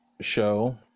show